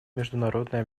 международные